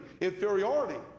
inferiority